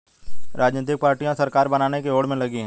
राजनीतिक पार्टियां सरकार बनाने की होड़ में लगी हैं